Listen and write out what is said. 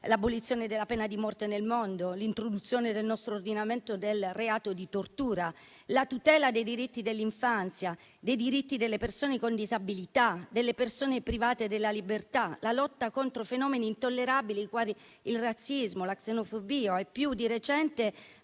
l'abolizione della pena di morte nel mondo, l'introduzione nel nostro ordinamento del reato di tortura, la tutela dei diritti dell'infanzia, dei diritti delle persone con disabilità, delle persone private della libertà, la lotta contro fenomeni intollerabili quali il razzismo, la xenofobia e, più di recente,